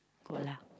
go lah